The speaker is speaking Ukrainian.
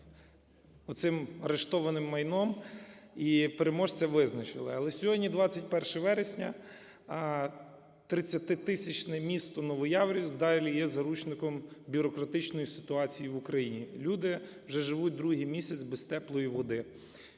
оцим арештованим майном, і переможця визначили. Але сьогодні, 21 вересня, тридцятитисячне місто Новояворівськ далі є заручником бюрократичної ситуації в Україні. Люди вже живуть другий місяць без теплої води.